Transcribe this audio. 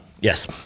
Yes